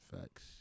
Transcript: Facts